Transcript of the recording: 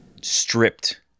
stripped